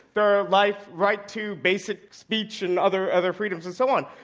their life right to basic speech and other other freedoms and so on.